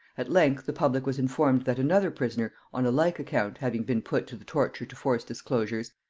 at length the public was informed that another prisoner on a like account having been put to the torture to force disclosures,